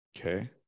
Okay